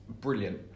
brilliant